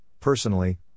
personally